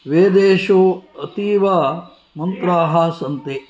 वेदेषु अतीवमन्त्राः सन्ति